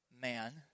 man